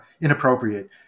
inappropriate